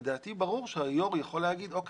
לדעתי ברור שהיו"ר יכול להגיד: אוקיי,